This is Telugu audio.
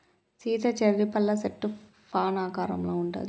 సీత చెర్రీ పళ్ళ సెట్టు ఫాన్ ఆకారంలో ఉంటది